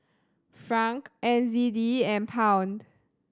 Franc N Z D and Pound